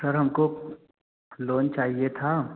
sir हमको loan चाहिए था